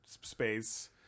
space